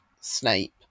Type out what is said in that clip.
Snape